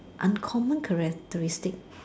uncommon characteristic